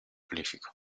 prolífico